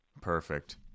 Perfect